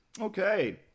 okay